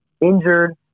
injured